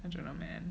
I don't know man